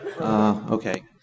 Okay